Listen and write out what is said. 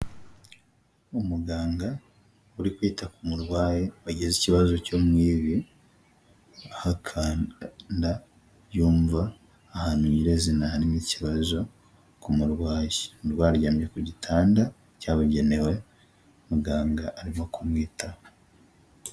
Umuganga uri kwita ku murwayi wagize ikibazo cyo mu ivi, ahakanda yumva ahantu nyirizina harimo ikibazo ku murwayi. Umurwayi aryamye ku gitanda cyabugenewe, muganga arimo kumwitaho.